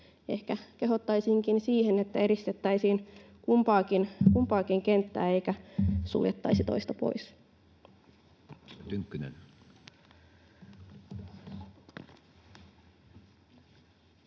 Ehkä kehottaisinkin siihen, että edistettäisiin kumpaakin kenttää eikä suljettaisi toista pois.